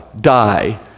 die